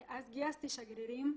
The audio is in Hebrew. אז גייסתי שגרירים,